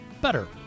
better